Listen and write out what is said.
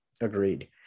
agreed